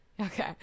okay